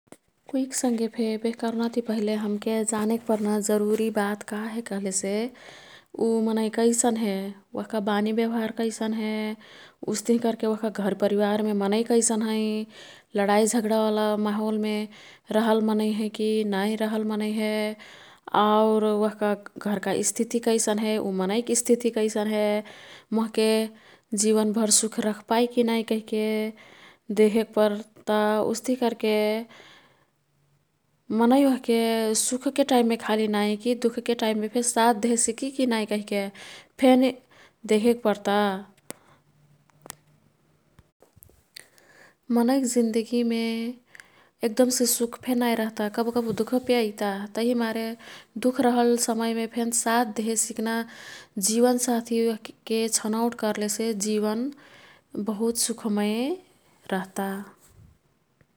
कुइक् संघेफे बेह कर्नाती पहिले हमके जानेक पर्ना जरुरी बात का हे कह्लेसे ऊ मनै कैसन हे, ओह्का बानी व्यवहार कैसन हे, उस्तिही कर्के ओह्का घर परिवारमे मनै कैसन हैं। लडाई झगडाओला माहोलमे रहल मनै है की नाई रहल मनै हे। आउर ओह्का घरका स्थिति कैसन हे, ऊ मनैक् स्थिति कैसन हे। मोह्के जीवनभर सुख रख पाई की नाई कहिके देखेक पर्ता। उस्तिही कर्के मनै ओह्के सुखके टाईममे खाली नाई की दुखके टाईममेफे साथ देहे सिकीकी नाई कहिके फेन देखेक पर्ता। मनैक् जिन्दगीमे एकदमसे सुखफे नाई रह्ता। कबुकबू दुखफे अईता तभिमारे दुख रहल समयमे फेन साथ देहे सिक्ना जीवनसाथी ओह्के छनौट कर्लेसे जीवन बहुत सुखमय रह्ता।